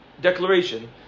declaration